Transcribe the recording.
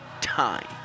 time